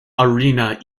arena